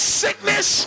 sickness